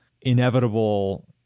inevitable